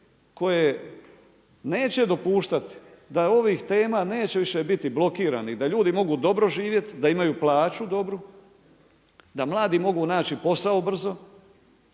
koje neće dopuštati da ovih tema neće više biti blokiranih, da ljudi mogu dobro živjeti, da imaju plaću dobru, da mladi mogu naći posao brzo